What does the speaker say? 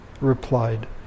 replied